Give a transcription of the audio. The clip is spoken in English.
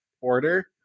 order